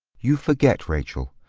you forget, rachel,